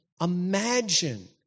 Imagine